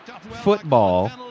football